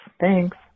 Thanks